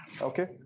Okay